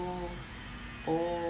oh oh